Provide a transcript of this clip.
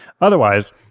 Otherwise